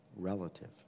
relative